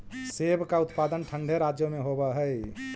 सेब का उत्पादन ठंडे राज्यों में होव हई